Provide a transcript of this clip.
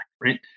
right